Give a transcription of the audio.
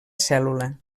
cèl·lula